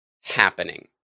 happening